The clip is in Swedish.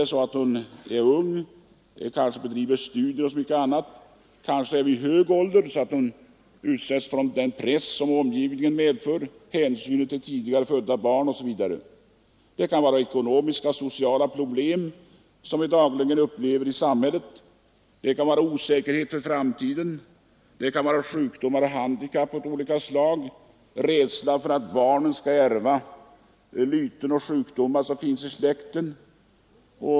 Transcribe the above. Hon kanske är ung och bedriver studier. Hon kanske är äldre, så att hon utsätts för press från omgivningen. Hon måste ta hänsyn till tidigare födda barn osv. Det kan finnas ekonomiska och sociala problem, som vi dagligen möter i samhället. Det kan vara fråga om sjukdomar och handikapp av olika slag eller rädsla för att barnet skall ärva lyten och sjukdomar som finns i släkten.